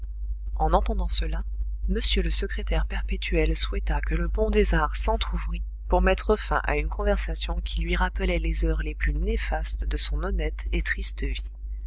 en entendant cela m le secrétaire perpétuel souhaita que le pont des arts s'entrouvrît pour mettre fin à une conversation qui lui rappelait les heures les plus néfastes de son honnête et triste vie